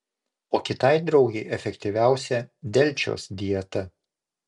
o kitai draugei efektyviausia delčios dieta